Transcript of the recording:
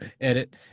edit